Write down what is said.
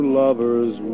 lovers